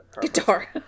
Guitar